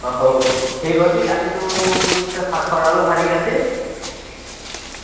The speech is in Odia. ହଉ ଠିକ୍ ଅଛି କାଲି ତୁ ସାଢ଼େ ଛଅଟା ବେଳକୁ ବାହାରିକି ଆସେ